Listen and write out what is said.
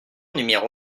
numéro